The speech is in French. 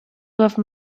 doivent